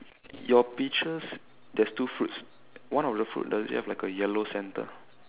your peaches there's two fruits one of the fruit does it have like a yellow centre